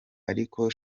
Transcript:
ariko